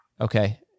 Okay